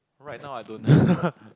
right now I don't